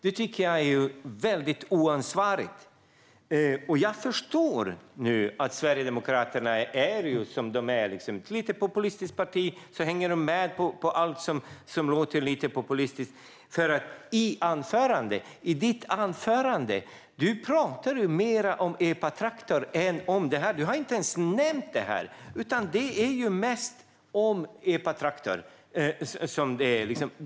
Det tycker jag är oansvarigt. Jag förstår nu att Sverigedemokraterna är som de är. De är ett populistiskt parti som hänger med på allt som låter lite populistiskt. I ditt anförande pratar du mer om epatraktorer än om detta. Du har inte ens nämnt detta, utan det handlar mest om epatraktorer.